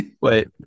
Wait